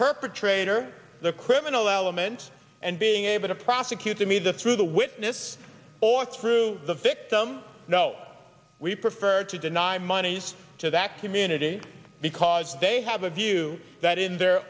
perpetrator the criminal element and being able to prosecute them either through the witness or through the victim no we prefer to deny monies to that community because they have a view that in their